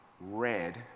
red